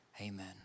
amen